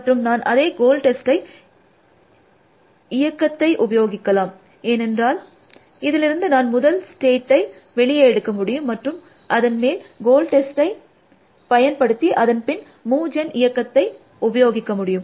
மற்றும் நான் அதே கோல் டெஸ்ட் இயக்கத்தை உபயோகிக்கலாம் ஏனென்றால் இதிலிருந்து நான் முதல் ஸ்டேட்டை வெளியே எடுக்க முடியும் மற்றும் அதன் மேல் கோல் டெஸ்டை பயன்படுத்தி அதன் பின் மூவ் ஜென் இயக்கத்தை உபயோகிக்க முடியும்